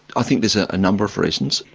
i think there's a number of reasons.